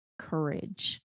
courage